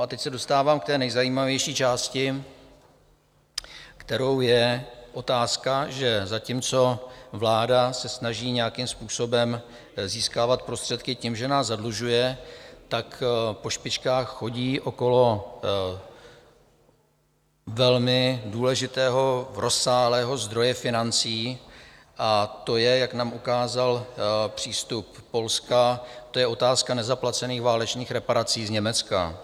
A teď se dostávám k té nejzajímavější části, kterou je otázka, že zatímco vláda se snaží nějakým způsobem získávat prostředky tím, že nás zadlužuje, po špičkách chodí okolo velmi důležitého rozsáhlého zdroje financí, a to je, jak nám ukázal přístup Polska, to je otázka nezaplacených válečných reparací z Německa.